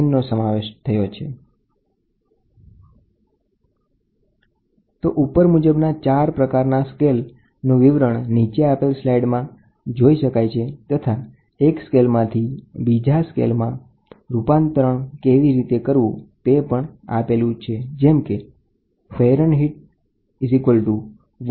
તો તાપમાન માપન માટે તેઓના બે પ્રકાર ઉપલબ્ધ છે એક રીલેટીવ સ્કેલ અને એબ્સોલ્યુટ સ્કેલ ફેરનહીટ અને સેલ્સિયસ પછી રાન્કાઇન અને કેલ્વીન